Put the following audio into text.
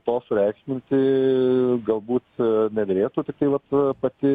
to sureikšminti galbūt nederėtų tiktai vat pati